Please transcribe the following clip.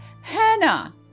Hannah